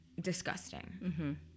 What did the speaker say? disgusting